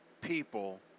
people